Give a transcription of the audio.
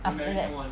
after that